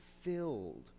filled